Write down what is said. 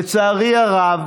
לצערי הרב,